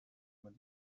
man